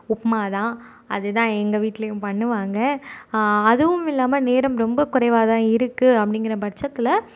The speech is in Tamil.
உப்புமா தான் அது தான் எங்கள் வீட்டிலியும் பண்ணுவாங்க அதுவும் இல்லாமல் நேரம் ரொம்ப குறைவாக தான் இருக்கு அப்படிங்கற பட்சத்தில்